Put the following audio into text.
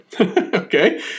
Okay